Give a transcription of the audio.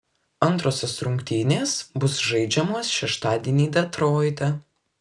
antrosios rungtynės bus žaidžiamos šeštadienį detroite